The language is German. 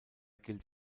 gilt